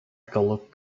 golwg